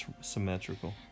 symmetrical